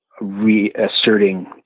reasserting